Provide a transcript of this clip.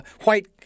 white